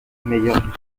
meilleur